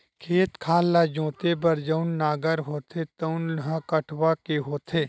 खेत खार ल जोते बर जउन नांगर होथे तउन ह कठवा के होथे